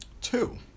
Two